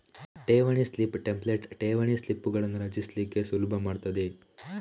ಠೇವಣಿ slip template ಠೇವಣಿ ಸ್ಲಿಪ್ಪುಗಳನ್ನ ರಚಿಸ್ಲಿಕ್ಕೆ ಸುಲಭ ಮಾಡ್ತದೆ